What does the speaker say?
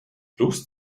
růst